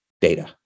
data